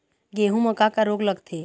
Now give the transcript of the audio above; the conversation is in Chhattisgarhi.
गेहूं म का का रोग लगथे?